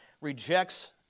rejects